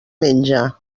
menja